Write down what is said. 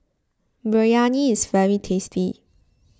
Biryani is very tasty